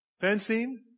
Fencing